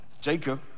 Jacob